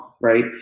right